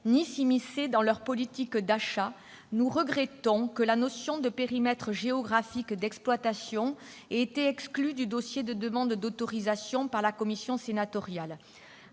ni s'immiscer dans leurs politiques d'achat, nous regrettons que la notion de périmètre géographique d'exploitation ait été exclue du dossier de demande d'autorisation par la commission sénatoriale.